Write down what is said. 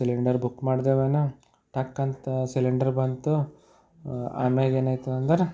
cylinder book ಮಾಡಿದೆವೇನೋ ಟಕ್ ಅಂತ ಸಿಲೆಂಡರ್ ಬಂತು ಆಮ್ಯಾಗ ಏನಾಯಿತು ಅಂದ್ರೆ